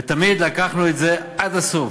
ותמיד לקחנו את זה עד הסוף,